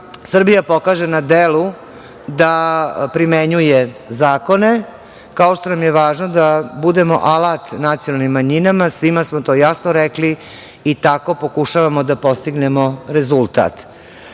Srbija pokaže na delu da primenjuje zakone, kao što nam je važno da budemo alat nacionalnim manjinama. Svima smo to jasno rekli i tako pokušavamo da postignemo rezultat. Da